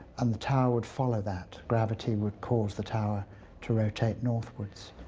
and the tower would follow that gravity would cause the tower to rotate northwards.